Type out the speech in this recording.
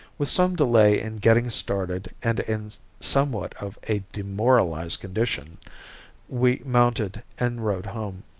with some delay in getting started and in somewhat of a demoralized condition we mounted and rode home.